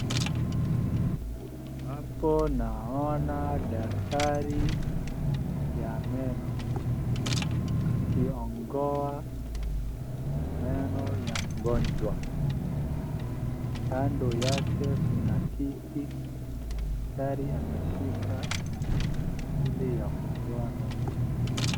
Hapo naona daktari ya meno akiongoa meno ya mgonjwa. Kando yake kuna kiti. Daktari ameshika ile ya kuongoa meno.